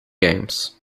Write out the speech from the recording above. games